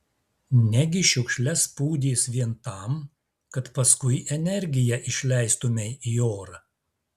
negi šiukšles pūdys vien tam kad paskui energiją išleistumei į orą